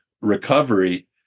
recovery